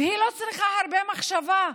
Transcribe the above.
והיא לא מצריכה הרבה מחשבה.